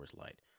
Light